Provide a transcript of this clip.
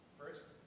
first